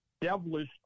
devilish